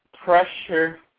Pressure